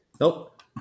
Nope